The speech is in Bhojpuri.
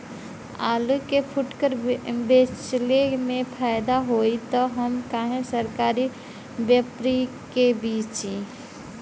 आलू के फूटकर बेंचले मे फैदा होई त हम काहे सरकारी व्यपरी के बेंचि?